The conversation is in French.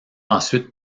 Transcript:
ensuite